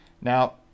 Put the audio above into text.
Now